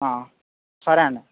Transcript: సరే అండి